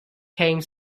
came